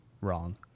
wrong